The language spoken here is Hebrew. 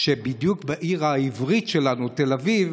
שבדיוק בעיר העברית שלנו, תל אביב,